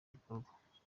bikorwa